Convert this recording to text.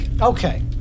Okay